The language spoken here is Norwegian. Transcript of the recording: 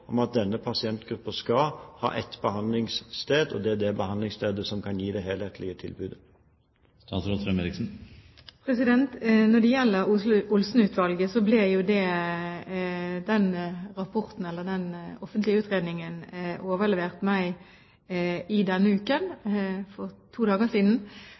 om at denne pasientgruppen skal ha ett behandlingssted, det behandlingsstedet som kan gi det helhetlige tilbudet? Når det gjelder Olsen-utvalget, ble den offentlige utredningen overlevert meg i denne uken, for to dager siden.